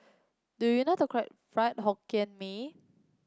do you know how to cook Fried Hokkien Mee